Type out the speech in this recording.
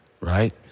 right